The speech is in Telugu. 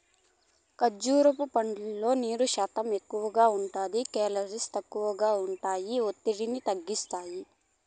కర్భూజా పండ్లల్లో నీరు శాతం ఎక్కువగా ఉంటాది, కేలరీలు తక్కువగా ఉంటాయి, ఒత్తిడిని తగ్గిస్తాయి